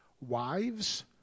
Wives